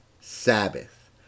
sabbath